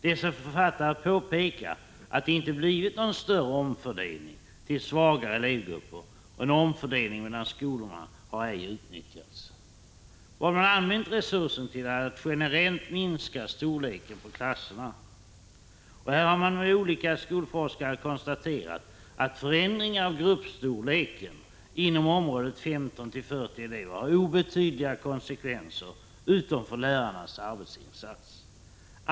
Dessa författare påpekar att det inte har blivit någon större omfördelning till svagare elevgrupper, och en omfördelning mellan skolor har ej utnyttjats. Resursen har använts till att generellt minska storleken på klasserna. Olika skolforskare har också konstaterat att föränd ringar av gruppstorleken 15-40 elever har obetydliga konsekvenser utom för Prot. 1985/86:132 lärarnas arbetsinsats.